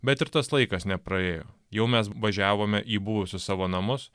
bet ir tas laikas nepraėjo jau mes važiavome į buvusius savo namus